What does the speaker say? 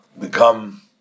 become